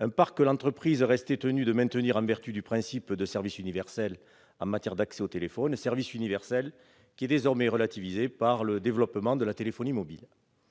L'entreprise restait tenue de maintenir ce parc, en vertu du principe de service universel en matière d'accès au téléphone, lequel est désormais relativisé par le développement de la téléphonie mobile.